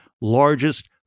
largest